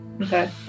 Okay